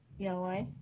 ya why